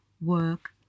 work